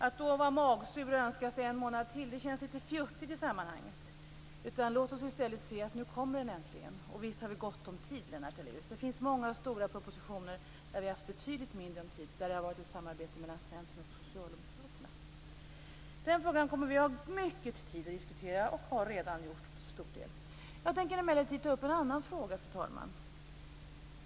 Att vara magsur och önska sig en månad till känns litet fjuttigt i sammanhanget. Låt oss i stället se att nu äntligen kommer balken. Visst har vi gott om tid, Lennart Daléus. Det finns många stora propositioner där vi har haft betydligt mindre tid och där det har varit ett samarbete mellan Centern och Socialdemokraterna. Den här frågan kommer vi att ha mycket tid att diskutera - och har vi till stor del redan gjort. Jag tänker emellertid ta upp en annan fråga, fru talman.